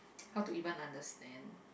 how to even understand